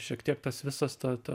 šiek tiek tas visas ta ta